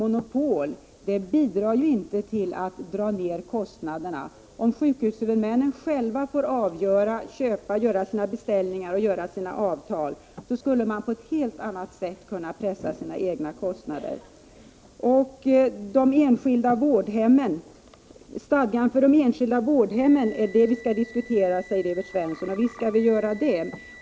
Monopol bidrar inte till att minska kostnaderna. Om sjukvårdshuvudmännen själva fick göra sina beställningar och sluta avtal skulle de på ett helt annat sätt kunna pressa sina kostnader. Det är stadgan för de enskilda vårdhemmen vi skall diskutera, säger Evert Svensson. Visst skall vi göra det.